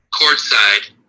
courtside